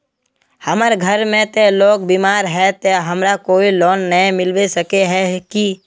हमर घर में ते लोग बीमार है ते हमरा कोई लोन नय मिलबे सके है की?